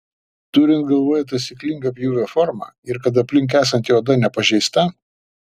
turint galvoje taisyklingą pjūvio formą ir kad aplink esanti oda nepažeista